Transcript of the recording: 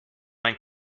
mein